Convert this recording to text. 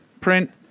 print